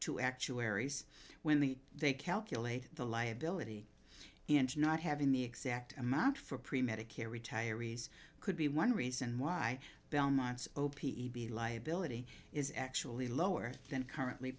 to actuaries when the they calculate the liability and not having the exact amount for pre medical retirees could be one reason why belmont's the liability is actually lower than currently